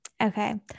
Okay